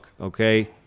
Okay